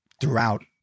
throughout